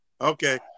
Okay